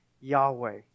Yahweh